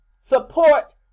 Support